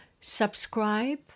subscribe